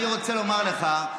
אני רוצה לומר לך,